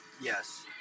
Yes